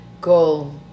goal